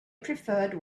preferred